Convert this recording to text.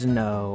no